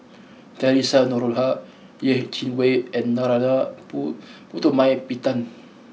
Theresa Noronha Yeh Chi Wei and Narana pu Putumaippittan